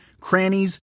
crannies